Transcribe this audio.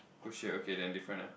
push it okay then different ah